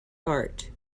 art